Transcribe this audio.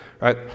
right